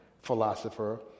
philosopher